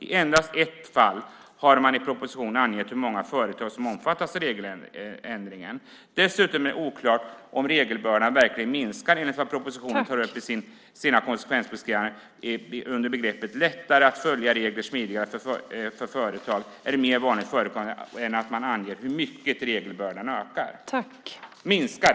I endast ett fall har man i en proposition angett hur många företag som omfattas av regeländringen. Dessutom är det oklart om regelbördan verkligen minskar enligt vad propositionen tar upp i sina konsekvensbeskrivningar. Det anges att det blir lättare att följa regler och att det blir smidigare för företag. Det är mer vanligt förekommande än att man anger hur mycket regelbördan minskar.